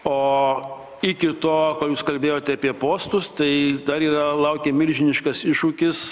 o iki to ką jūs kalbėjote apie postus tai dar yra laukia milžiniškas iššūkis